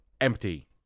empty